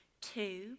Two